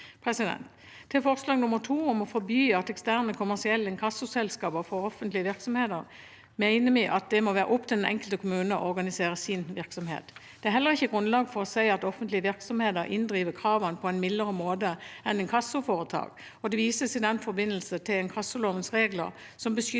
Til forslag nr. 2, om å forby bruk av eksterne, kommersielle inkassoselskaper for offentlige virksomheter, mener vi at det må være opp til den enkelte kommune å organisere sin virksomhet. Det er heller ikke grunnlag for å si at offentlige virksomheter inndriver kravene på en mildere måte enn inkassoforetak. Det vises i den forbindelse til inkassolovens regler som beskytter